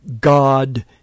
God